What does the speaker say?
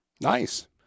Nice